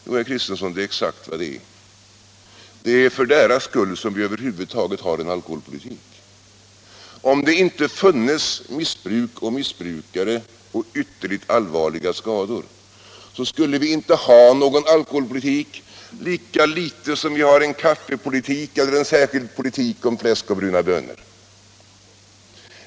Jo, herr Kristenson, det är exakt vad det är fråga om. Det är för deras skull som vi över huvud taget har en alkoholpolitik. Om det inte funnes missbruk och missbrukare och ytterligt allvarliga skador, skulle vi inte ha någon alkoholpolitik, lika litet som vi har en kaffepolitik eller en särskild politik om fläsk och bruna bönor.